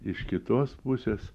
iš kitos pusės